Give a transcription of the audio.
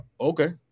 okay